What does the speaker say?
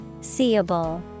Seeable